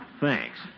Thanks